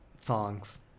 songs